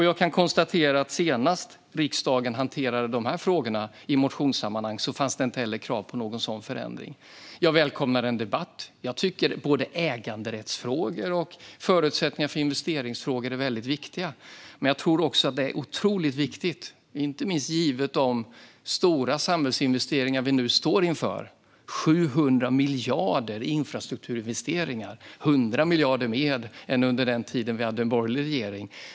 Jag kan konstatera att senast riksdagen hanterade dessa frågor i motionssammanhang fanns det heller inga krav på en sådan förändring. Jag välkomnar en debatt. Jag tycker att såväl äganderättsfrågor som frågor om förutsättningar för investeringar är väldigt viktiga. Jag tror också att det är otroligt viktigt inte minst givet de stora samhällsinvesteringar vi står inför - 700 miljarder i infrastrukturinvesteringar, vilket är 100 miljarder mer än under den tid då vi hade en borgerlig regering.